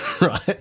right